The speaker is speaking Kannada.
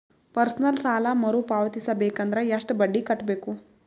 ಪರ್ಸನಲ್ ಸಾಲ ಮರು ಪಾವತಿಸಬೇಕಂದರ ಎಷ್ಟ ಬಡ್ಡಿ ಕಟ್ಟಬೇಕು?